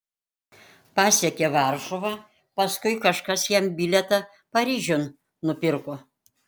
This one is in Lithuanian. pasiekė varšuvą paskui kažkas jam bilietą paryžiun nupirko